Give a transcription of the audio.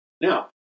Now